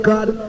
God